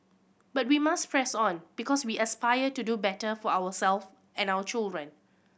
but we must press on because we aspire to do better for our self and our children